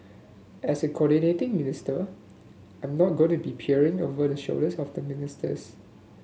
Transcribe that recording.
as a coordinating minister I'm not going to be peering over the shoulders of the ministers